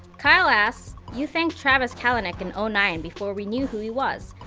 kyle asks, you thanked travis kalanick in ah nine before we knew who he was.